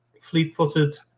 fleet-footed